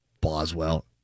Boswell